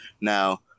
Now